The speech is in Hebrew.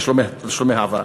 תשלומי העברה,